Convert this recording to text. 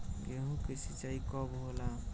गेहूं के सिंचाई कब होला?